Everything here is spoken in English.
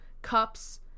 cups